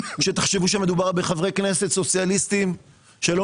שתחשבו שמדובר בחברי כנסת סוציאליסטים שלא